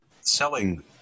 Selling